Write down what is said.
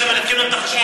כי מנתקים להם את החשמל,